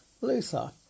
Luther